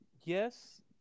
Yes